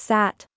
Sat